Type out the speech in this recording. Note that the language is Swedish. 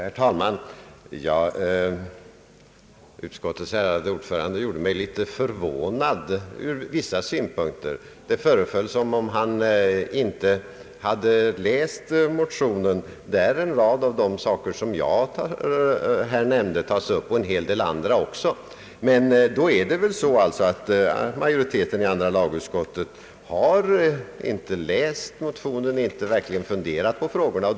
Herr talman! Utskottets ärade ordförande gjorde mig litet förvånad ur vissa synpunkter. Det föreföll som om han inte hade läst motionen, där en rad av de saker jag här nämnde tagits upp och en hel del andra saker också. Men då förhåller det väl sig på det sättet, att majoriteten i andra lagutskottet inte läst motionen och verkligen inte fun derat över frågorna.